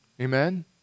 Amen